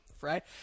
right